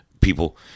People